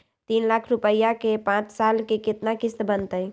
तीन लाख रुपया के पाँच साल के केतना किस्त बनतै?